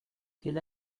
quel